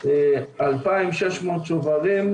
תקציב הקורונה שהגיע לרשות הוא באזור ה-1.9 מיליון שקל,